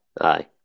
Aye